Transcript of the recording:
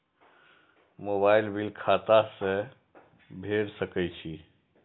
Mobile bill खाता से भेड़ सके छि?